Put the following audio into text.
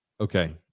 Okay